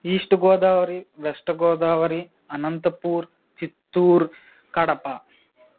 east Godavari West Godavari Anantapur Chittoor Kadapa